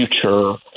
future